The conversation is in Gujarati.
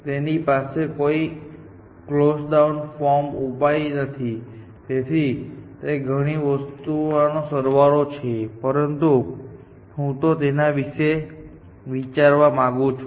તેની પાસે કોઈ કલોઝડ ફોર્મ ઉપાય નથીતેથી તે ઘણી વસ્તુઓનો સરવાળો છે પરંતુ હું તેના વિશે વિચારવા માંગુ છું